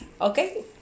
Okay